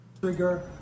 Trigger